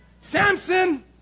Samson